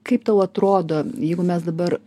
kaip tau atrodo jeigu mes dabar